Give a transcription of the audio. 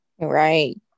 right